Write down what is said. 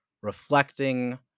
reflecting